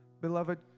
Beloved